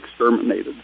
exterminated